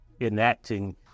enacting